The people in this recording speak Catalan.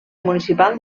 municipal